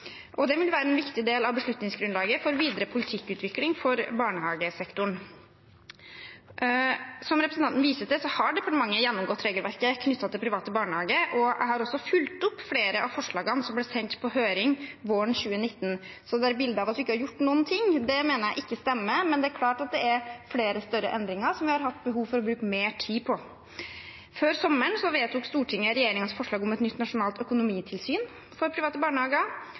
vil være en viktig del av beslutningsgrunnlaget for videre politikkutvikling for barnehagesektoren. Som representanten viser til, har departementet gjennomgått regelverket knyttet til private barnehager, og jeg har også fulgt opp flere av forslagene som ble sendt på høring våren 2019. Det bildet av at vi ikke har gjort noen ting, mener jeg ikke stemmer, men det er klart at det er flere større endringer vi har hatt behov for å bruke mer tid på. Før sommeren vedtok Stortinget regjeringens forslag om et nytt nasjonalt økonomitilsyn for private barnehager.